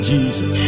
Jesus